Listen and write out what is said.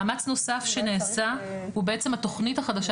מאמץ נוסף שנעשה הוא בעצם התוכנית החדשה